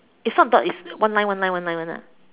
it's not dot it's one line one line one ah